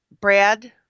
Brad